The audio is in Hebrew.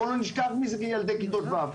בואו לא נשכח את זה בעניין ילדי כיתות ו'.